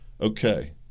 Okay